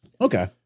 okay